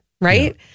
right